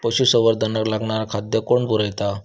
पशुसंवर्धनाक लागणारा खादय कोण पुरयता?